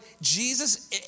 Jesus